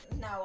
No